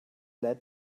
led